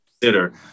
consider